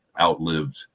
outlived